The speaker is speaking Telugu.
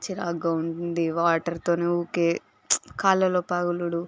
చిరాకుగా ఉంటుంది వాటర్తో ఊరికే కాళ్ళల్లో పగులుడు